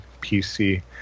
PC